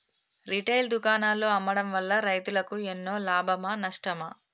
Retail దుకాణాల్లో అమ్మడం వల్ల రైతులకు ఎన్నో లాభమా నష్టమా?